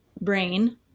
brain